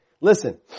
listen